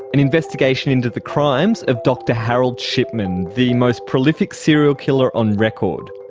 an investigation into the crimes of dr harold shipman, the most prolific serial killer on record.